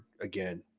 Again